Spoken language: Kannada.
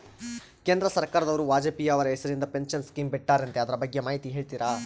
ಕೇಂದ್ರ ಸರ್ಕಾರದವರು ವಾಜಪೇಯಿ ಅವರ ಹೆಸರಿಂದ ಪೆನ್ಶನ್ ಸ್ಕೇಮ್ ಬಿಟ್ಟಾರಂತೆ ಅದರ ಬಗ್ಗೆ ಮಾಹಿತಿ ಹೇಳ್ತೇರಾ?